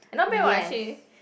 not bad [what] actually